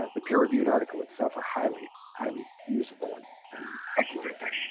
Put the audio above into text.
the peer-reviewed article itself are highly highly usable and and uploadable